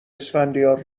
اسفندیار